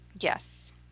Yes